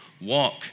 Walk